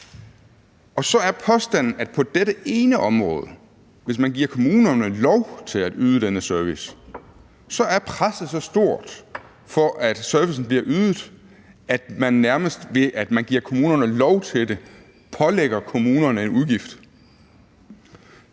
er påstanden, at hvis man på dette ene område giver kommunerne lov til at yde den service, så er presset så stort for, at servicen bliver ydet, at man nærmest, ved at man giver kommunerne lov til det, pålægger kommunerne en udgift.